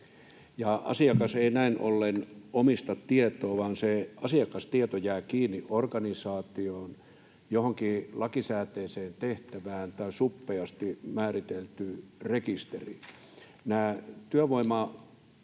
Asiakas ei näin ollen omista tietoa, vaan asiakastieto jää kiinni organisaatioon, johonkin lakisääteiseen tehtävään tai suppeasti määriteltyyn rekisteriin.